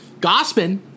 Gospin